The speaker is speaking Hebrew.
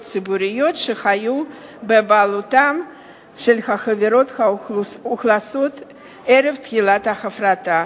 ציבוריות שהיו בבעלותן של החברות המאכלסות ערב תחילת ההפרטה.